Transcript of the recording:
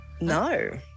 No